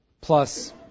plus